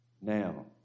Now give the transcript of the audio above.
Now